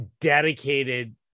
Dedicated